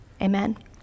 Amen